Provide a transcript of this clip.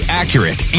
accurate